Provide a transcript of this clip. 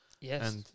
Yes